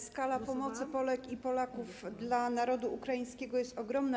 Skala pomocy Polek i Polaków dla narodu ukraińskiego jest ogromna.